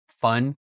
fun